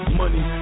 money